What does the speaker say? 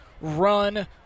Run